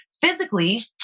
physically